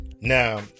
Now